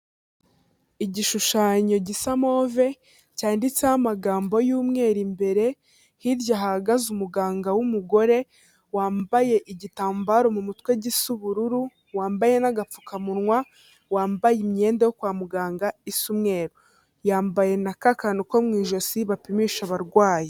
Igishushanyo gisa move cyanditseho amagambo y'umweru imbere, hirya hahagaze umuganga w'umugore, wambaye igitambaro mu mutwe gisa ubururu, wambaye n'agapfukamunwa, wambaye imyenda yo kwa muganga isa umweru. Yambaye n'aka kantu ko mu ijosi bapimisha abarwayi.